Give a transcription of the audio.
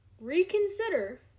reconsider